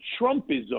Trumpism